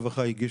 שהיה.